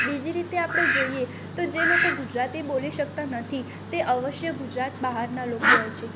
બીજી રીતે આપણે જોઈએ તો જે લોકો ગુજરાતી બોલી શકતાં નથી તે અવશ્ય ગુજરાત બહારનાં લોકો હોય છે